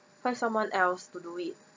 find someone else to do it